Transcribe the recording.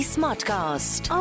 Smartcast